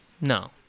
No